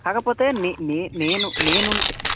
కాకపోతే మీ నే నే నేను నేను ఉంటే